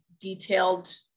detailed